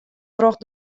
troch